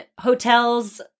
hotel's